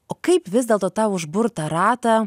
o kaip vis dėlto tą užburtą ratą